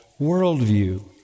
worldview